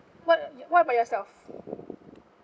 what what about yourself